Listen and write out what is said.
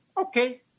okay